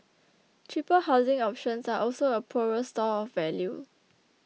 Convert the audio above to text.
cheaper housing options are also a poorer store of value